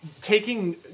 taking